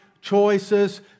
choices